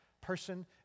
person